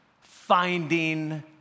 finding